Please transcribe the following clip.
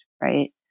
right